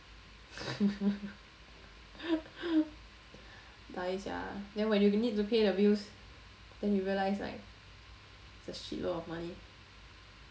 die sia then when you need to pay the bills then you realise like it's a shit load of money